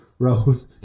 road